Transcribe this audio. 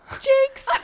Jinx